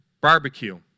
barbecue